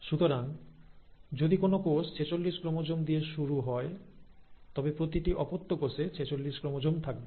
সুতরাং যদি কোন কোষ 46 ক্রোমোজোম দিয়ে শুরু হয় তবে প্রতিটি অপত্য কোষে 46 ক্রোমোজোম থাকবে